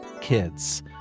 kids